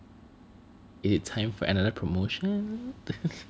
it is time for another promotion